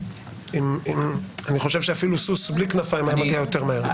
אני חושב שאפילו סוס בלי כנפיים היה מגיע יותר מהר.